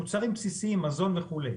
מוצרים בסיסיים, מזון וכולי.